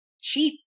cheap